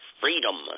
freedom